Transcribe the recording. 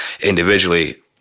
individually